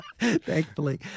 thankfully